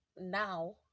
now